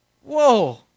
Whoa